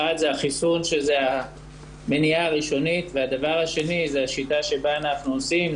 אחת זה החיסון והדבר השני זה השיטה שבה אנחנו עושים.